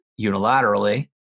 unilaterally